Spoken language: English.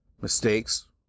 Mistakes